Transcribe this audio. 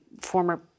former